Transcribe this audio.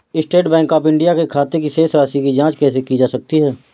State bank of India के खाते की शेष राशि की जॉंच कैसे की जा सकती है?